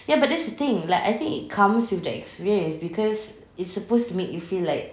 ya but that's the thing like I think it comes with the experience because it's suppose to make you feel like